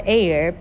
air